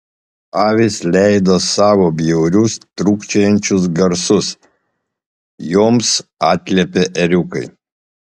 avys leido savo bjaurius trūkčiojančius garsus joms atliepė ėriukai